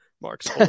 Mark's